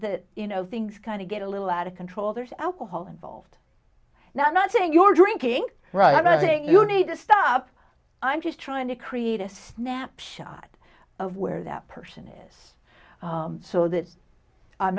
you know things kind of get a little out of control there's alcohol involved now i'm not saying you're drinking right i think you need to stop i'm just trying to create a snapshot of where that person is so that i'm